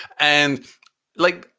and like,